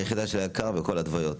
ליחידה של היק"ר ולכל ההתוויות,